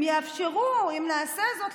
אם נעשה זאת,